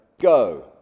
go